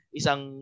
isang